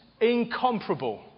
incomparable